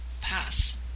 pass